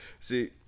See